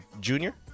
junior